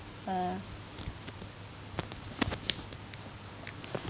ah